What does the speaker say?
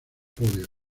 podio